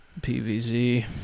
PVZ